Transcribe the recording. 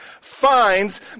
finds